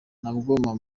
nabwo